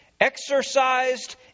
exercised